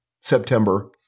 September